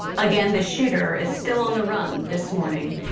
again the shooter is still on the run this morning.